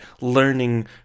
learning